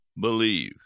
believe